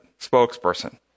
spokesperson